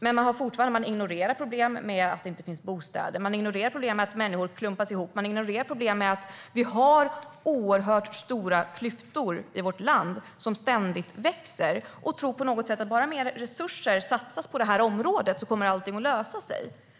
Men man ignorerar problemen med att det inte finns bostäder, att människor klumpas ihop och att vi har oerhört stora och ständigt växande klyftor i vårt land. Bara mer resurser satsas på det här området kommer allting på något sätt att lösa sig, tror man.